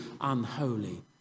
unholy